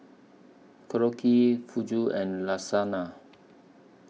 Korokke Fugu and Lasagna